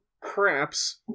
craps